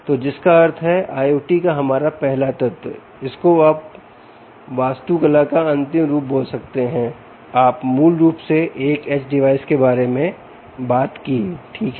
तो जिसका अर्थ है IOT का हमारा पहला तत्व इसको आप वास्तुकला का अंतिम रूप बोल सकते हैं आप मूल रूप से एक एज डिवाइस के बारे में बात कीठीक है